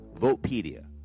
Votepedia